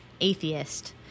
atheist